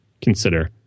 consider